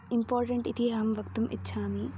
important इति अहं वक्तुम् इच्छामि